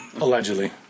Allegedly